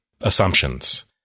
assumptions